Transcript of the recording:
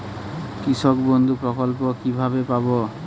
কৃষকবন্ধু প্রকল্প কিভাবে পাব?